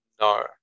No